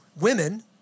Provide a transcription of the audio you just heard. women